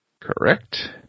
Correct